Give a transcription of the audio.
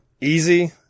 easy